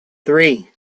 three